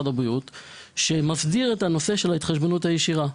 הבריאות שמסדיר את נושא ההתחשבנות הישירה.